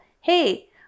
hey